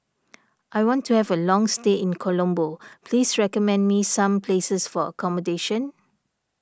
I want to have a long stay in Colombo please recommend me some places for accommodation